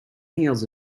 heels